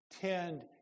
tend